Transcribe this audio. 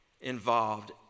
involved